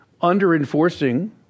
under-enforcing